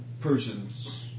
persons